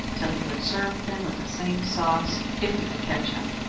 till he would serve fin with the same sauce, if he could catch him.